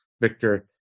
Victor